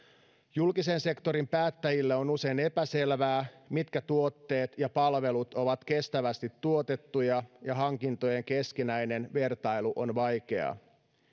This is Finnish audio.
julkisen sektorin päättäjille on usein epäselvää mitkä tuotteet ja palvelut ovat kestävästi tuotettuja ja hankintojen keskinäinen vertailu on vaikeaa